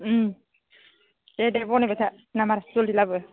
दे दे बानायबाय था माबारै जलदि लाबो